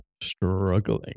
struggling